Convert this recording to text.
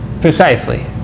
Precisely